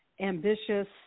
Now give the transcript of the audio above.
ambitious